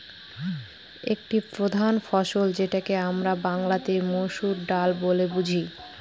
একটি প্রধান ফসল যেটাকে আমরা বাংলাতে মসুর ডাল বলে বুঝি